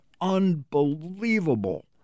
Unbelievable